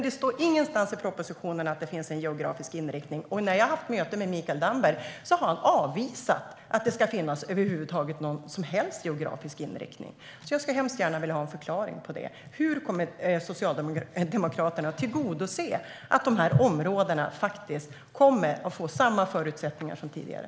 Det står ingenstans i propositionen att det finns en geografisk inriktning. När jag har haft möten med Mikael Damberg har han också avvisat att det över huvud taget skulle finnas någon som helst geografisk inriktning. Jag skulle hemskt gärna vilja ha en förklaring till detta. Hur kommer Socialdemokraterna att se till att de här områdena får samma förutsättningar som tidigare?